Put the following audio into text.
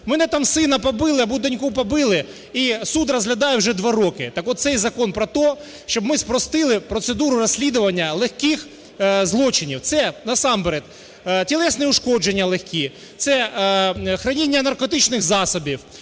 мене там сина побили або доньку побили, і суд розглядає вже 2 роки. Так от цей закон про те, щоб ми спростили процедуру розслідування легких злочинів, це насамперед тілесні ушкодження легкі, це хроніння наркотичних засобів,